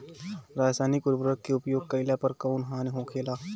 रसायनिक उर्वरक के उपयोग कइला पर कउन हानि होखेला?